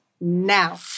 Now